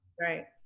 Right